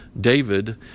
David